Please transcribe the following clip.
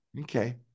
Okay